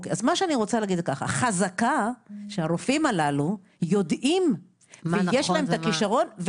אני רוצה להגיד שחזקה שהרופאים הללו יודעים ויש להם את הכישרון,